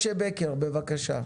משה בקר, בבקשה.